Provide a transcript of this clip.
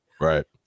right